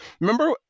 remember